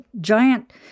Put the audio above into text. giant